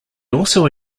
also